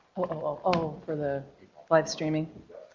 oh for the live streaming,